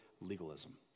legalism